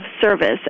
service